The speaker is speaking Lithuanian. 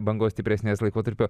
bangos stipresnės laikotarpiu